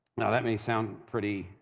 now that may sound pretty.